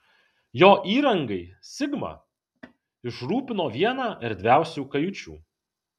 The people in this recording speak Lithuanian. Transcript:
jo įrangai sigma išrūpino vieną erdviausių kajučių